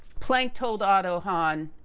planck told otto hahn,